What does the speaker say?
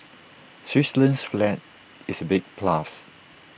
Switzerland's flag is A big plus